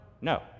No